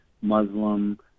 Muslim